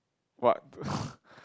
what